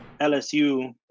LSU